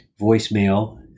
voicemail